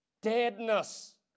deadness